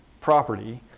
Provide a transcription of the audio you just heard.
property